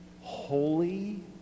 holy